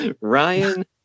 Ryan